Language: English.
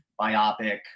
biopic